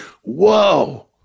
whoa